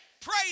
Pray